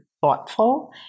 thoughtful